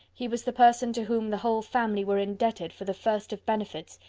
he was the person to whom the whole family were indebted for the first of benefits,